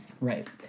Right